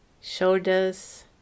shoulders